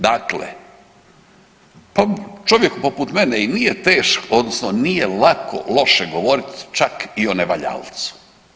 Dakle, pa čovjek poput mene i nije teško, odnosno nije lako loše govoriti, čak i o nevaljalcu.